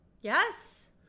Yes